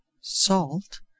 salt